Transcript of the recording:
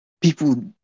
people